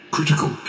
Critical